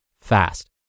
fast